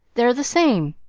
they're the same.